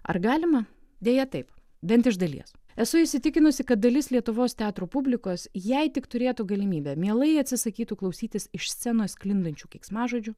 ar galima deja taip bent iš dalies esu įsitikinusi kad dalis lietuvos teatro publikos jei tik turėtų galimybę mielai atsisakytų klausytis iš scenos sklindančių keiksmažodžių